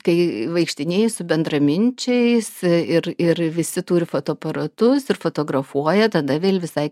kai vaikštinėji su bendraminčiais ir ir visi turi fotoaparatus ir fotografuoja tada vėl visai